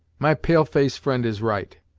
my pale-face friend is right.